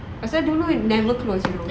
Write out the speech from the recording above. pasal dulu it never close you know